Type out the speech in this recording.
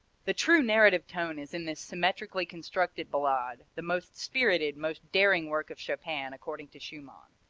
the true narrative tone is in this symmetrically constructed ballade, the most spirited, most daring work of chopin, according to schumann.